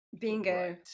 Bingo